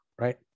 right